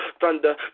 thunder